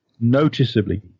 noticeably